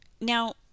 Now